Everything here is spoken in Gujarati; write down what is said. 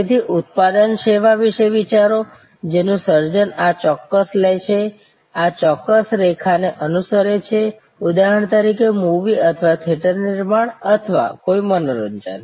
તેથી ઉત્પાદન સેવા વિશે વિચારો જેનું સર્જન આ ચોક્કસ લે છે આ ચોક્કસ રેખા ને અનુસરે છે ઉદાહરણ તરીકે મૂવી અથવા થિયેટર નિર્માણ અથવા કોઈ મનોરંજન